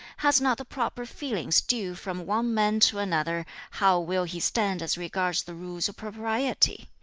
has not the proper feelings due from one man to another, how will he stand as regards the rules of propriety?